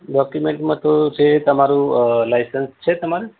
ડૉકયુમેન્ટમાં તો જે તમારું લાઈસન્સ છે તમારે